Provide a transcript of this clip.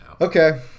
Okay